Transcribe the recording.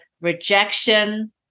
rejection